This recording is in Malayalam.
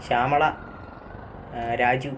ശ്യാമള രാജു